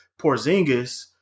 Porzingis